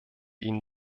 ihnen